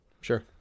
Sure